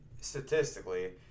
statistically